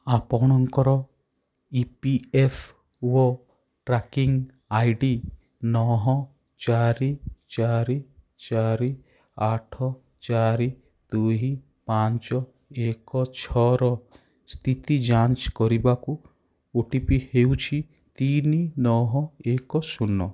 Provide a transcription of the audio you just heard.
ଆପଣଙ୍କର E P F O tracking I D ନଅ ଚାରି ଚାରି ଚାରି ଆଠ ଚାରି ଦୁଇ ପାଞ୍ଚ ଏକ ଛଅର ସ୍ତିତି ଯାଞ୍ଚ କରିବାକୁ ଓ ଟି ପି ହେଉଛି ତିନି ନଅ ଏକ ଶୂନ